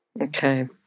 Okay